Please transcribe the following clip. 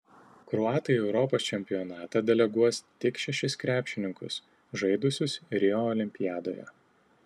kroatai į europos čempionatą deleguos tik šešis krepšininkus žaidusius rio olimpiadoje